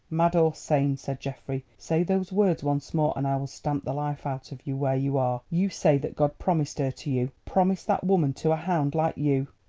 mad or sane, said geoffrey, say those words once more and i will stamp the life out of you where you are. you say that god promised her to you promised that woman to a hound like you.